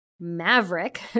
Maverick